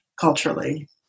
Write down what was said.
culturally